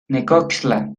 necoxtla